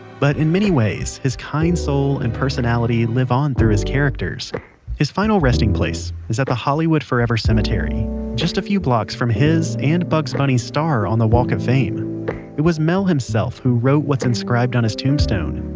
but in many ways his kind soul and personality live on through his characters his final resting place is at the hollywood forever cemetery just a few blocks from his and bugs bunny' star on the walk of fame it was mel himself who wrote what's inscribed inscribed on his tombstone,